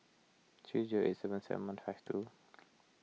three zero eight seven seven two